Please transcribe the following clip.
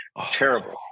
Terrible